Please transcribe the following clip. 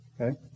Okay